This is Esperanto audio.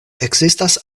ekzistas